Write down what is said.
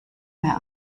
mehr